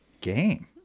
game